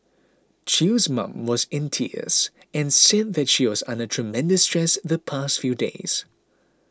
Chew's mum was in tears and said that she was under tremendous stress the past few days